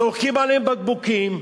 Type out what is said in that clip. זורקים עליהם בקבוקים.